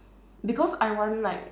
because I want like